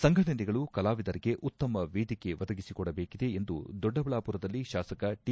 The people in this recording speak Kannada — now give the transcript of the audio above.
ಸಂಘಟನೆಗಳು ಕಲಾವಿದರಿಗೆ ಉತ್ತಮ ವೇದಿಕೆ ಒದಗಿಸಿಕೊಡಬೇಕಿದೆ ಎಂದು ದೊಡ್ಡಬಳ್ಳಾಪುರದಲ್ಲಿ ಶಾಸಕ ಟಿ